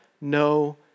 no